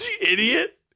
Idiot